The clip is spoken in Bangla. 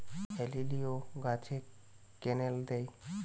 হেলিলিও গাছে ক্যানেল দেয়?